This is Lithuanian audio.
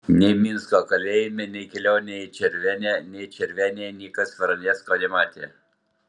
nei minsko kalėjime nei kelionėje į červenę nei červenėje niekas varanecko nematė